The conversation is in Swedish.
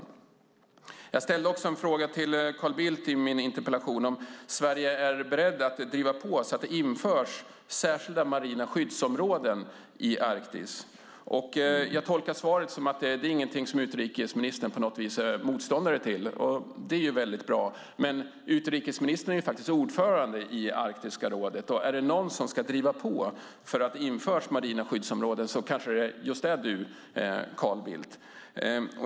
I min interpellation ställde jag också en fråga till Carl Bildt om Sverige är berett att driva på så att det införs särskilda marina skyddsområden i Arktis. Jag tolkar svaret så att det inte är någonting som utrikesministern på något vis är motståndare till, och det är väldigt bra. Utrikesministern är faktiskt ordförande i Arktiska rådet, och är det någon som ska driva på för att det införs marina skyddsområden kanske det är just du, Carl Bildt.